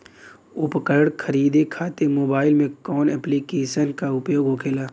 उपकरण खरीदे खाते मोबाइल में कौन ऐप्लिकेशन का उपयोग होखेला?